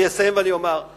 ולומר להם את זה.